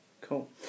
cool